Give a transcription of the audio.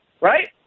right